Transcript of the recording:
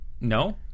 No